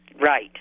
right